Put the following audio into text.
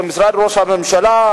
במשרד ראש הממשלה,